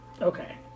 okay